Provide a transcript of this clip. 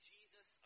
Jesus